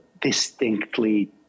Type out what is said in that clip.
distinctly